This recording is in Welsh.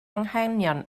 anghenion